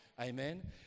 Amen